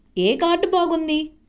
ఏ card బాగుంది?